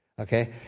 Okay